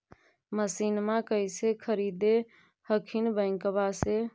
मसिनमा कैसे खरीदे हखिन बैंकबा से?